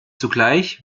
zugleich